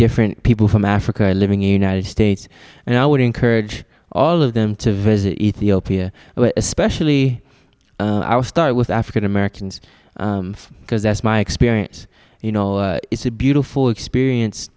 different people from africa are living in united states and i would encourage all of them to visit ethiopia especially our start with african americans because that's my experience you know it's a beautiful experience